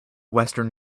western